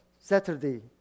Saturday